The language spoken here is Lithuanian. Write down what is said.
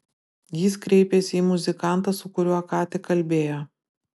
jis kreipėsi į muzikantą su kuriuo ką tik kalbėjo